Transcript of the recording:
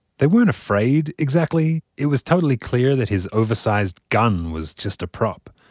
they weren't afraid, exactly. it was totally clear that his oversized gun was just a prop.